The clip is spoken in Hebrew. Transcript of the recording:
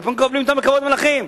ופה מקבלים אותם בכבוד מלכים.